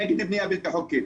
נגד בנייה בלתי חוקית,